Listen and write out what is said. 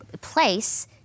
place